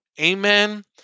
Amen